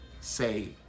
say